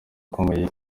ukomeye